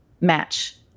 match